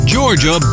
Georgia